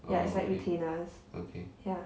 ya it's like retainers ya